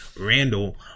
Randall